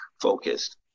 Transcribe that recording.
focused